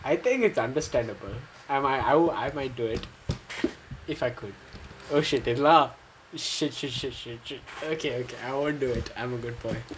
I think it's understandable I I might do it if I could oh shit they laughed shit shit shit shit okay okay I won't do it I'm a good boy